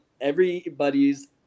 everybody's